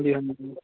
ਹਾਂਜੀ ਹਾਂਜੀ